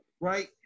right